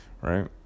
Right